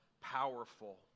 powerful